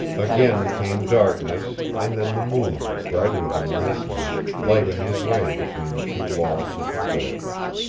again came darkness, and then the moon, brighter than last night, lighting his way between the two walls of the forest.